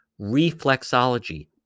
reflexology